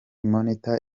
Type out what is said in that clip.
monitor